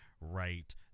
right